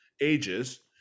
ages